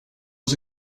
was